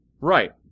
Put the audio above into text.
Right